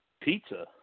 Pizza